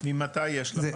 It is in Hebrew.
ממתי יש לך?